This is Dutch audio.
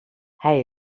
hij